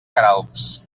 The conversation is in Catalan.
queralbs